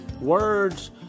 Words